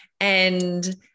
And-